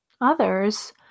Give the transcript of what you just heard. others